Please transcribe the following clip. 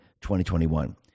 2021